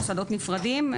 מוסדות נפרדים,